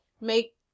make